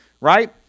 right